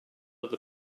other